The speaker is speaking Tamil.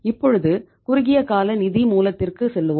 இப்பொழுது குறுகிய கால நிதி மூலத்திற்கு செல்லுவோம்